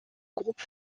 groupe